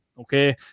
Okay